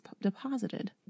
deposited